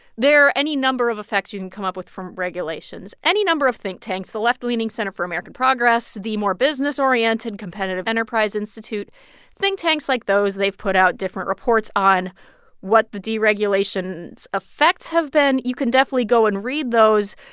there are any number of effects you can come up with from regulations any number of think tanks the left-leaning center for american progress, the more business-oriented competitive enterprise institute think tanks like those, they've put out different reports on what the deregulation effects have been. you can definitely go and read those.